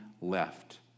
left